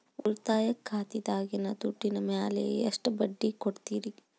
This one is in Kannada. ಉಳಿತಾಯ ಖಾತೆದಾಗಿನ ದುಡ್ಡಿನ ಮ್ಯಾಲೆ ಎಷ್ಟ ಬಡ್ಡಿ ಕೊಡ್ತಿರಿ?